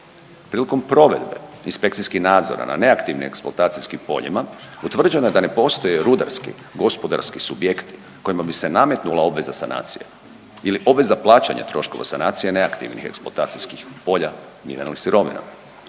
Prilikom provedbe inspekcijskih nadzora na neaktivnim eksploatacijskim poljima utvrđeno je da ne postoje rudarski, gospodarski subjekti kojima bi se nametnula obveza sanacije ili obveza plaćanja troškova sanacije neaktivnih eksploatacijskih polja mineralnih sirovina.